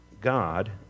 God